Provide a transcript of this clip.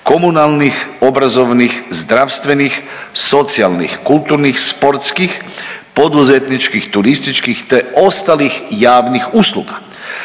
komunalnih, obrazovnih, zdravstvenih, socijalnih, kulturnih, sportskih, poduzetničkih, turističkih te ostalih javnih usluga